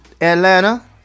Atlanta